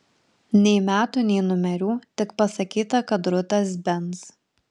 nei metų nei numerių tik pasakyta kad rudas benz